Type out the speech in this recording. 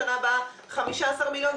בשנה הבאה 15 מיליון,